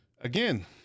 again